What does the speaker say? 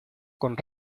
con